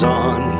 on